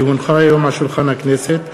כי הונחו היום על שולחן הכנסת,